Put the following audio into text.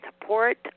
support